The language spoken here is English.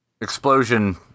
explosion